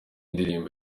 ndirimbo